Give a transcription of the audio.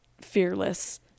fearless